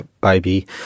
baby